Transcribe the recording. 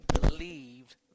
believed